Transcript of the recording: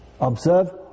Observe